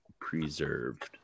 preserved